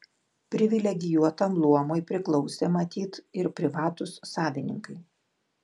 privilegijuotam luomui priklausė matyt ir privatūs savininkai